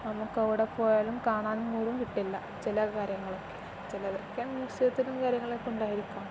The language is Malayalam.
നമുക്കെവിടെ പോയാലും കാണാൻ പോലും കിട്ടില്ല ചില കാര്യങ്ങളൊക്കെ ചിലതക്കെ മ്യൂസിയത്തിലും കാര്യങ്ങളൊക്കെ ഉണ്ടായിരിക്കാം